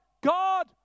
God